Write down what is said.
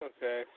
Okay